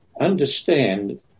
understand